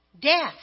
death